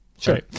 Sure